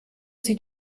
sie